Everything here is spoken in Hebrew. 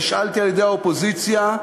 נשאלתי על-ידי האופוזיציה,